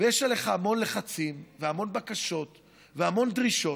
ויש עליך המון לחצים והמון בקשות והמון דרישות,